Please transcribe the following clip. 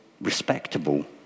respectable